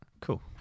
cool